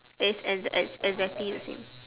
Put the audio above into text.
it's exact exact exactly the same